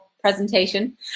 presentation